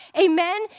amen